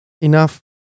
enough